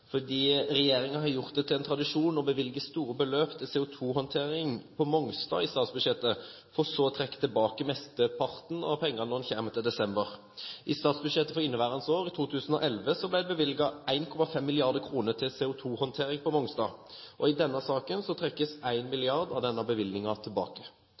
fordi jeg vil påpeke at historien gjentar seg. Regjeringen har gjort det til en tradisjon å bevilge store beløp til CO2-håndtering på Mongstad i statsbudsjettet, for så å trekke tilbake mesteparten av pengene når en kommer til desember. I statsbudsjettet for inneværende år, i 2011, ble det bevilget 1,5 mrd. kr til CO2-håndtering på Mongstad, og i denne saken trekkes 1 mrd. kr av denne bevilgningen tilbake.